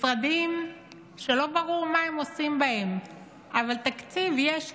משרדים שלא ברור מה עושים בהם אבל תקציב יש להם.